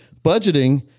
Budgeting